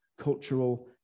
cultural